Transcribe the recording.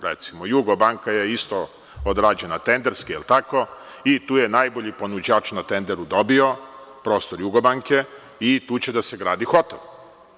Recimo „Jugobanka“ je isto odrađena tenderski i tu je najbolji ponuđač na tenderu dobio prostor „Jugobanke“ i tu će da se gradi hotel.